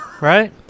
Right